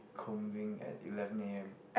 coming at eleven A_M